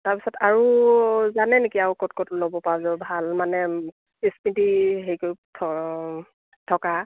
তাৰপাছত আৰু জানে নেকি আৰু ক'ত ক'ত ল'ব পৰা যাব ভাল মানে স্মৃতি হেৰি কৰি থ থকা